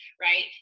Right